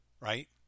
Right